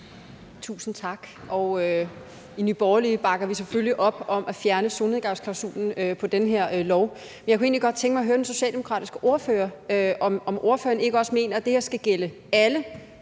Tusind tak. I Nye Borgerlige bakker vi selvfølgelig op om at fjerne solnedgangsklausulen i den her lov. Jeg kunne egentlig godt tænke mig at høre den socialdemokratiske ordfører, om ordføreren ikke også mener, at det her skal gælde alle,